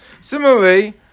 Similarly